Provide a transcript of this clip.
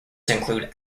include